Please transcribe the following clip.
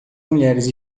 mulheres